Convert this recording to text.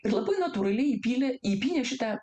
ir labai natūraliai įpylė įpynė šitą